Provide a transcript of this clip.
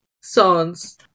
songs